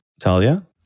Talia